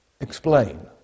explain